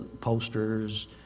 posters